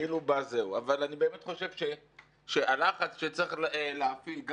אבל אני חושב שהלחץ שצריך להפעיל,